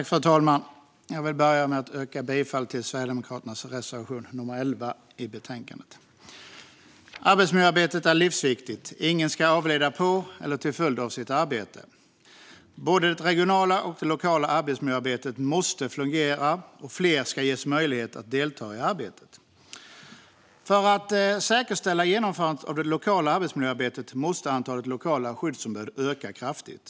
Fru talman! Jag vill börja med att yrka bifall till Sverigedemokraternas reservation 11 i betänkandet. Arbetsmiljöarbetet är livsviktigt. Ingen ska avlida på eller till följd av sitt arbete. Både det regionala och lokala arbetsmiljöarbetet måste fungera, och fler ska ges möjlighet att delta i arbetet. För att säkerställa genomförandet av det lokala arbetsmiljöarbetet måste antalet lokala skyddsombud öka kraftigt.